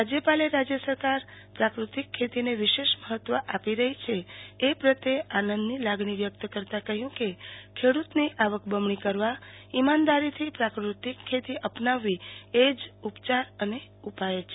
રાજ્યપાલે રાજ્યસરકાર પ્રાકૃતિક ખેતીને વિશેષ મહત્વ આપી રહી છે એ પ્રત્યે આનંદની લાગણી વ્યક્ત કરતા કહ્યુ કે ખેડુતોની આવક બમણી કરવા ઈમાનદારીથી પ્રાકૃતિક ખેતી અપનાવવી એ જ ઉપયાર અને ઉપાય છે